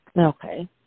Okay